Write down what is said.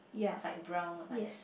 like brown like that